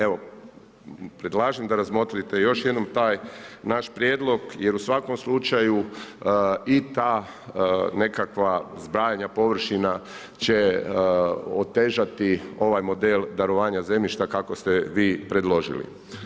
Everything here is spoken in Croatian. Evo predlažem da razmotrite još jednom taj naš prijedlog jer u svakom slučaju i ta nekakva zbrajanja površina će otežati ovaj model darovanja zemljišta kako ste vi predložili.